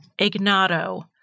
Ignato